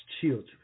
children